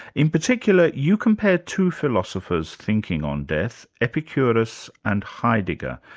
in particular, you compare two philosophers' thinking on death epicurus and heidegger.